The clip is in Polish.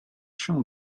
się